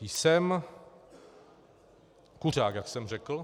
Jsem kuřák, jak jsem řekl.